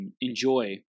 enjoy